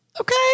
Okay